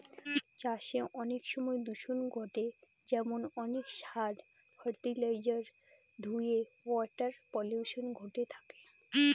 চাষে অনেক সময় দূষন ঘটে যেমন অনেক সার, ফার্টিলাইজার ধূয়ে ওয়াটার পলিউশন ঘটে থাকে